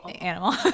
animal